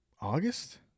August